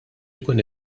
ikun